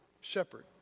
shepherd